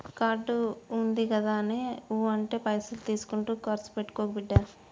card ఉందిగదాని ఊ అంటే పైసలు తీసుకుంట కర్సు పెట్టుకోకు బిడ్డా